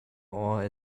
awe